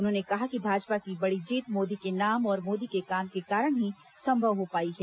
उन्होंने कहा कि भाजपा की बड़ी जीत मोदी के नाम और मोदी के काम के कारण ही संभव हो पाई है